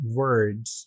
words